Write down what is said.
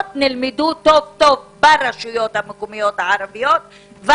נלמדו טוב-טוב ברשויות המקומיות הערביות.